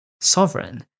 sovereign